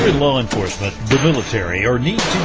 law enforcement, the military or need